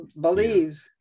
believes